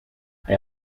hij